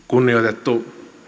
kunnioitettu